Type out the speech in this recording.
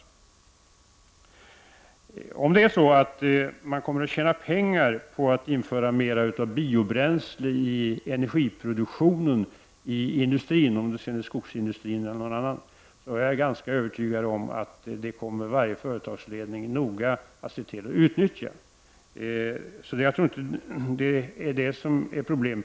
Om man inom industrin — det må sedan vara skogsindustrin eller annan industri — kommer att tjäna pengar på att införa mer biobränslen i energiproduktionen, är jag ganska övertygad om att varje företagsledning kommer att se till att utnyttja detta. Jag tror inte att det är detta som är problemet.